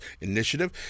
initiative